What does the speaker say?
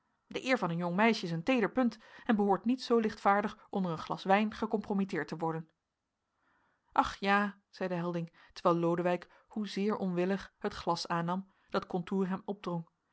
de eer van een jong meisje is een teeder punt en behoort niet zoo lichtvaardig onder een glas wijn gecompromitteerd te worden ach ja zeide helding terwijl lodewijk hoezeer onwillig het glas aannam dat contour hem opdrong